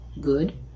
good